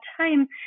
time